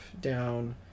down